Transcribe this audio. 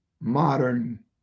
modern